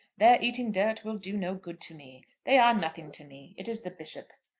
their eating dirt will do no good to me. they are nothing to me. it is the bishop.